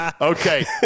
Okay